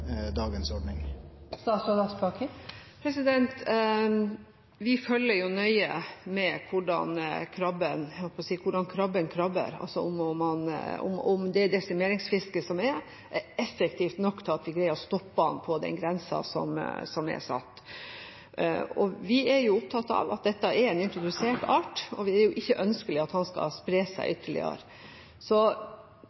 dagens ordning? Vi følger nøye med på hvordan krabben krabber, og om det desimeringsfisket som er, er effektivt nok til at vi greier å stoppe den på den grensen som er satt. Vi er opptatt av at dette er en introdusert art, og det er ikke ønskelig at den skal spre seg ytterligere.